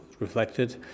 Reflected